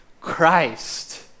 Christ